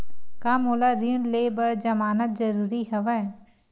का मोला ऋण ले बर जमानत जरूरी हवय?